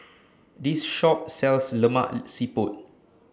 This Shop sells Lemak Siput